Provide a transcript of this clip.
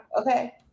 okay